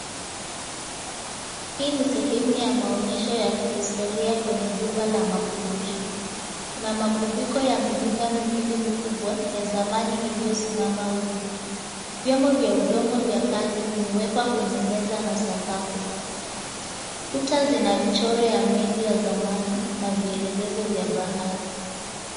Hii ni sehemu ya maonyesho ya kihistoria kwenye jumba la makumbusho. Kuna magubiko ya mizinga miwili mikubwa ya zamani, iliyosimama wima. Vyombo vya udongo vya kale vimewekwa kwenye meza na sakafu. Kuta zina michoro ya meli ya zamani, na vielelezo vya bahari.